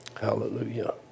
hallelujah